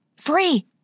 Free